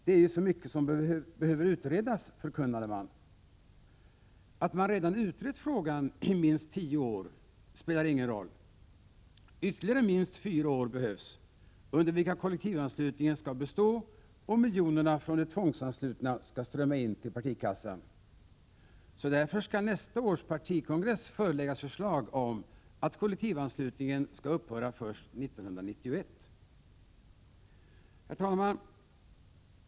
Det är ju så mycket som behöver utredas, förkunnade man. Att man redan utrett frågan i minst tio år spelar ingen roll. Ytterligare minst fyra år behövs, under vilka kollektivanslutningen skall bestå och miljonerna från de tvångsanslutna skall strömma in till partikassan. Så därför skall nästa års partikongress föreläggas förslag om att kollektivanslutningen skall upphöra först 1991. Herr talman!